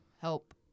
help